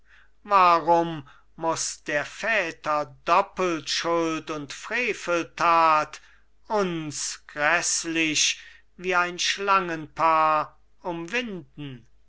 warum muß der väter doppelschuld und freveltat uns gräßlich wie ein schlangenpaar umwinden